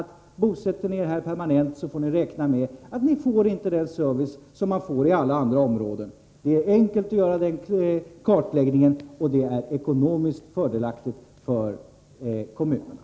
Då kan man säga: Bosätter ni er här permanent, så får ni räkna med att inte ha tillgång till samma service som i andra områden. Det är enkelt att göra den kartläggningen, och det är ekonomiskt fördelaktigt för kommunerna.